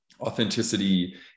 authenticity